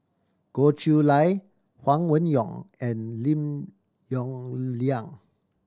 Goh Chiew Lye Huang Wenhong and Lim Yong Liang